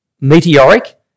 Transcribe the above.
meteoric